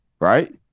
right